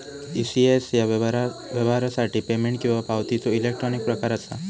ECS ह्या व्यवहारासाठी payment किंवा पावतीचो इलेक्ट्रॉनिक प्रकार असा